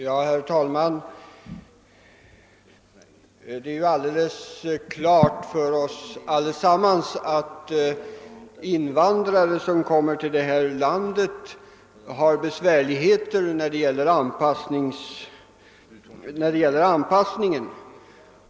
Herr talman! Det står klart för oss alla att invandrare som kommer till vårt land har besvärligheter när det gäller själva anpassningen.